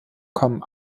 kommen